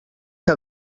que